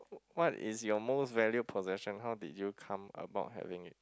what is your most valued possession how did you come about having it